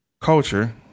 culture